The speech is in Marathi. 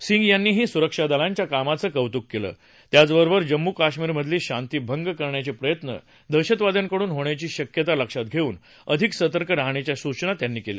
सिंग यांनीही सुरक्षा दलांच्या कामाचं कौतुक केलं त्याचबरोबर जम्मू कश्मीरमधली शांती भंग करण्याचे प्रयत्न दहशतवाद्यांकडून होण्याची शक्यता लक्षात घेऊन अधिक सतर्क राहण्याची सूचना त्यांनी केली